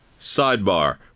Sidebar